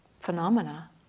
phenomena